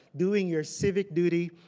doing your civic duty,